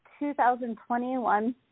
2021